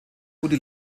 gute